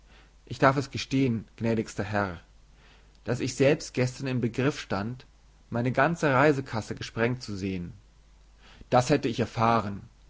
ich darf es gestehen gnädigster herr daß ich selbst gestern im begriff stand meine ganze reisekasse gesprengt zu sehen das hätte ich erfahren